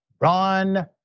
Ron